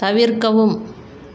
தவிர்க்கவும்